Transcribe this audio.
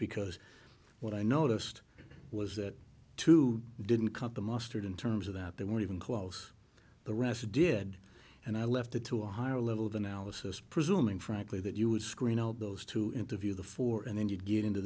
because what i noticed was that two didn't cut the mustard in terms of that they weren't even close the rest did and i left it to a higher level of analysis presuming frankly that you would screen all those to interview the four and then you'd get into